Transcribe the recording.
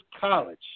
college